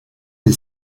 est